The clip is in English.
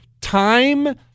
Time